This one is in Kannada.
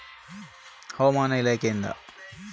ಹವಾಮಾನದ ಮಾಹಿತಿ ಹೇಗೆ ತಿಳಕೊಬೇಕು?